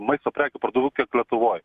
maisto prekių parduotuvių kiek lietuvoj